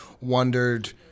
wondered